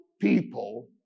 people